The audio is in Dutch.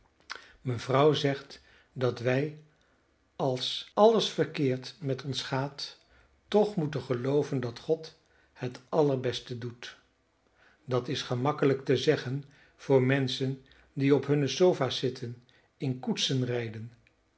mevrouw zegt dat wij als alles verkeerd met ons gaat toch moeten gelooven dat god het allerbeste doet dat is gemakkelijk te zeggen voor menschen die op hunne sofa's zitten en in koetsen rijden